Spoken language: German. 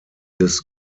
des